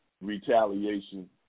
retaliation